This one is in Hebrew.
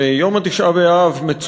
ויום תשעה באב, לא רק אמש.